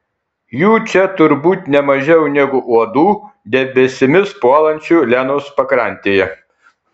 jų čia turbūt ne mažiau negu uodų debesimis puolančių lenos pakrantėje